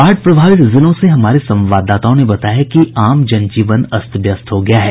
बाढ़ प्रभावित जिलों के हमारे संवाददाताओं ने बताया है कि आम जनजीवन अस्त व्यस्त हो गया है